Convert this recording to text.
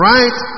Right